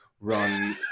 Run